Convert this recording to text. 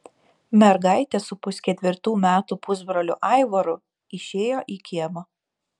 mergaitė su pusketvirtų metų pusbroliu aivaru išėjo į kiemą